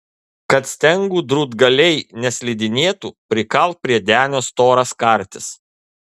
kad stengų drūtgaliai neslidinėtų prikalk prie denio storas kartis